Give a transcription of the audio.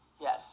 Yes